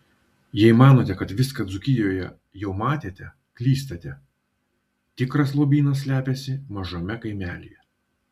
jei manote kad viską dzūkijoje jau matėte klystate tikras lobynas slepiasi mažame kaimelyje